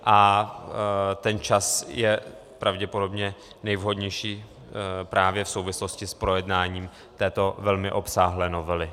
A ten čas je pravděpodobně nejvhodnější právě v souvislosti s projednáním této velmi obsáhlé novely.